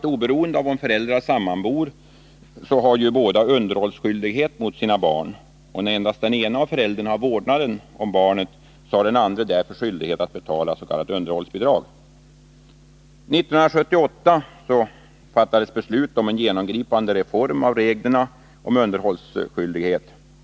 Oberoende av om föräldrarna sammanbor har ju båda underhållsskyldighet mot sina barn. Om endast den ena av föräldrarna har vårdnaden om barnet, har den andra därför skyldighet att betala s.k. underhållsbidrag. År 1978 fattades beslut om en genomgripande reform av reglerna om underhållsskyldighet.